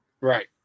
Right